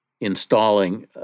installing